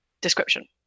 description